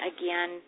again